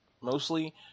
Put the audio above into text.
mostly